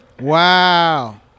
Wow